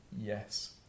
Yes